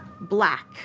black